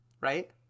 right